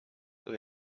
kui